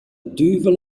duvel